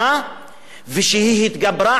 שהיא התגברה על המשבר העולמי,